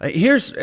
ah here's,